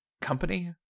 Company